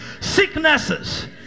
sicknesses